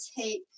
take